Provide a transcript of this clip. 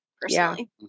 Personally